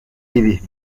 ibi